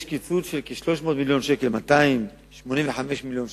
יש קיצוץ של 285 מיליון שקל,